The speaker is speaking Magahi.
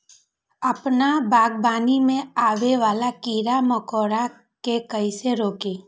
अपना बागवानी में आबे वाला किरा मकोरा के कईसे रोकी?